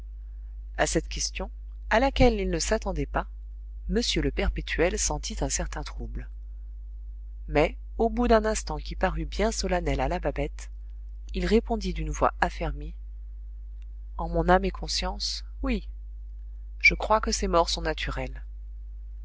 a cette question à laquelle il ne s'attendait pas m le perpétuel sentit un certain trouble mais au bout d'un instant qui parut bien solennel à la babette il répondit d'une voix affermie en mon âme et conscience oui je crois que ces morts sont naturelles